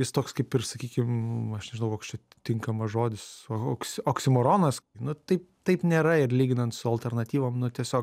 jis toks kaip ir sakykim aš nežinau koks čia tinkamas žodis ohoks oksimoronas nu tai taip nėra ir lyginant su alternatyvom nu tiesiog